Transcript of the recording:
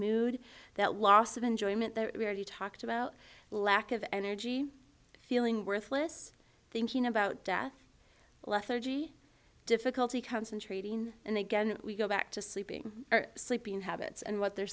mood that loss of enjoyment there you talked about lack of energy feeling worthless thinking about death lethargy difficulty concentrating and again we go back to sleeping sleeping habits and what the